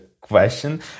question